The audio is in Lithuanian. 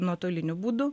nuotoliniu būdu